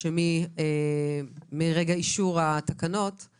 שמרגע אישור התקנות הם